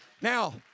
Now